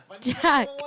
Jack